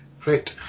Great